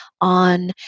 on